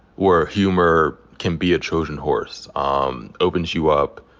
or humor can be a trojan horse, um opens you up.